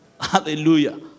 Hallelujah